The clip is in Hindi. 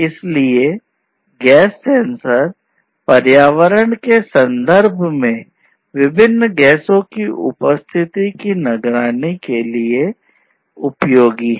इसलिए गैस सेंसर पर्यावरण के संदर्भ में विभिन्न गैसों की उपस्थिति की निगरानी के लिए उपयोगी है